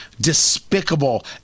Despicable